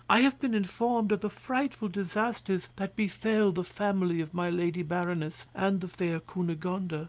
i have been informed of the frightful disasters that befell the family of my lady baroness, and the fair cunegonde. ah